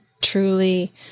truly